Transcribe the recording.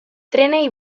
trenei